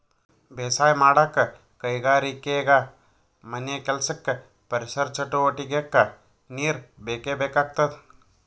ಬೇಸಾಯ್ ಮಾಡಕ್ಕ್ ಕೈಗಾರಿಕೆಗಾ ಮನೆಕೆಲ್ಸಕ್ಕ ಪರಿಸರ್ ಚಟುವಟಿಗೆಕ್ಕಾ ನೀರ್ ಬೇಕೇ ಬೇಕಾಗ್ತದ